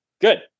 good